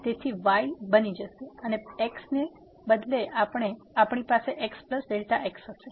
તેથી તે y બની જશે અને x ને બદલે આપણી પાસે x Δx હશે